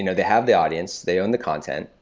you know they have the audience, they own the content,